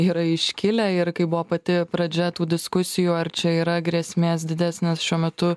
yra iškilę ir kaip buvo pati pradžia tų diskusijų ar čia yra grėsmės didesnės šiuo metu